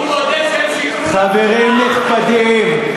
חברים נכבדים,